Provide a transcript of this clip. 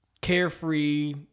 carefree